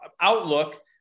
Outlook